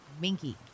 Minky